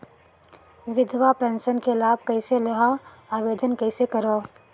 विधवा पेंशन के लाभ कइसे लहां? आवेदन कइसे करव?